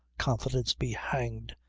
confidence be hanged!